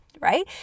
right